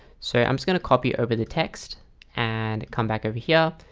so i'm just going to copy it over the text and come back over here.